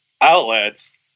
outlets